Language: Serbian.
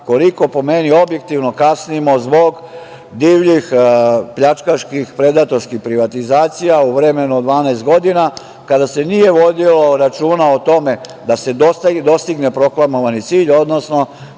koliko, po meni, objektivno kasnimo zbog divljih pljačkaških, predatorskih privatizacija u vremenu od 12 godina, kada se nije vodilo računa o tome da se dostigne proklamovani cilj, odnosno